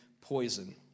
poison